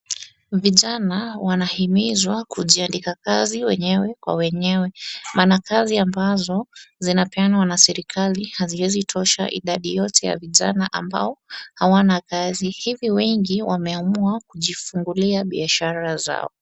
Vijana wanahimizwa kujiandika kazi wenyewe kwa wenyewe maana kazi ambazo zinapeanwa na serikali haziezitosha idadi yote ya vijana ambao hawana kazi hivi wengi wameamua kujifungulia biashara zao.